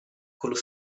quello